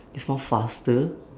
is more faster